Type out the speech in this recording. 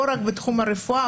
לא רק בתחום הרפואה,